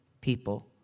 people